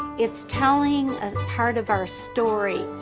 it's telling a part of our story.